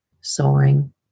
soaring